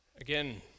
Again